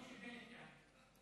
אנחנו רוצים שבנט יענה.